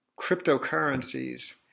cryptocurrencies –